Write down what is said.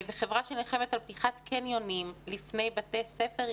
וחברה שנלחמת על פתיחת קניונים לפני בתי ספר,